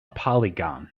polygon